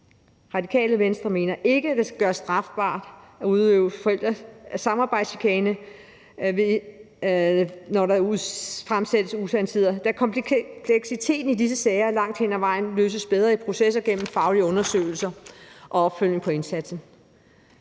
Radikale Venstre mener ikke, at det skal gøres strafbart at udøve samarbejdschikane, når der fremsættes usandheder, da kompleksiteten i disse sager langt hen ad vejen løses bedre i processer og gennem faglige undersøgelser og opfølgning på indsatsen.